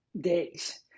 days